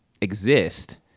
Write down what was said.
exist